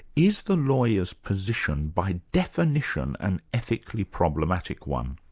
is the lawyer's position by definition an ethically problematic one?